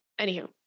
anywho